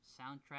soundtrack